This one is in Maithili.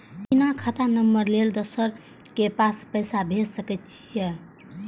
बिना खाता नंबर लेल दोसर के पास पैसा भेज सके छीए?